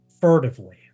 furtively